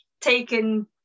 taken